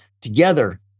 together